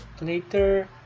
later